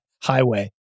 highway